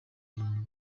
ibintu